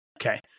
Okay